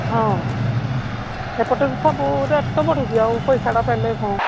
ହଁ ଏପଟେ ସବୁ ରେଟ୍ ତ ବଢ଼ୁଛି ଆଉ ପଇସାଟା ପାଇଲେ କ'ଣ